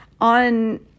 on